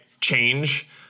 change